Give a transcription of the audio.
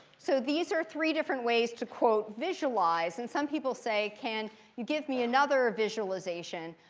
so these are three different ways to, quote, visualize. and some people say, can you give me another visualization?